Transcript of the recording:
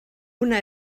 una